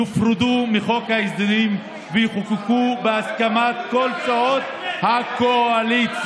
יופרדו מחוק ההסדרים ויחוקקו בהסכמת כל סיעות הקואליציה,